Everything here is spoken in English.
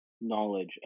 knowledge